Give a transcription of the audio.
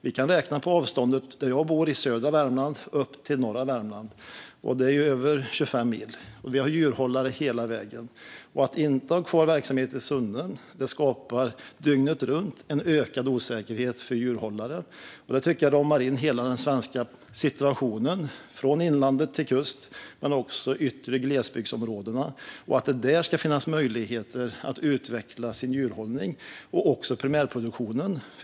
Vi kan räkna på avståndet från där jag bor i södra Värmland upp till norra Värmland. Det är över 25 mil. Vi har djurhållare hela vägen. Att inte ha kvar verksamhet i Sunne skapar en ökad osäkerhet dygnet runt för djurhållare. Detta tycker jag ramar in hela den svenska situationen, från inland till kust men också i de yttre glesbygdsområdena. Där ska det finnas möjligheter att utveckla djurhållning och även primärproduktion.